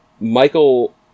Michael